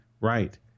Right